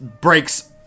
breaks